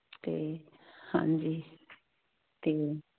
ਤੇ ਹਾਂਜੀ ਤੇ